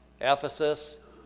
Ephesus